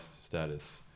status